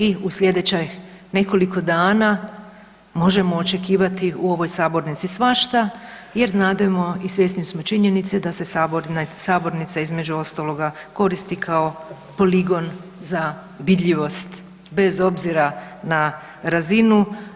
I u sljedećih nekoliko dana možemo očekivati u ovoj sabornici svašta jer znademo i svjesni smo činjenice da se sabornica između ostaloga koristi kao poligon za vidljivost bez obzira na razinu.